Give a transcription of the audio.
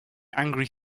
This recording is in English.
angry